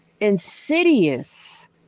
insidious